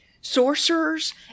sorcerers